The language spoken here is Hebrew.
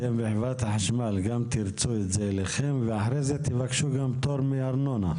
אתם בחברת החשמל גם תרצו אליכם ואחרי זה תבקשו פטור מארנונה,